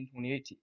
2018